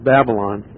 Babylon